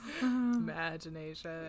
Imagination